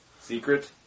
Secret